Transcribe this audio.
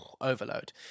overload